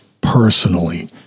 personally